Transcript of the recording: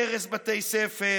הרס בתי ספר,